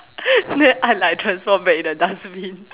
then I like transform back in the dustbin